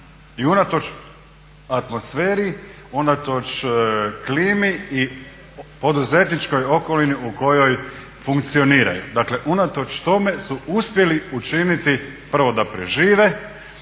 i unatoč atmosferi, unatoč klimi i poduzetničkoj okolini u kojoj funkcioniraju. Dakle unatoč tome su uspjeli učiniti prvo da prežive,